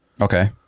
Okay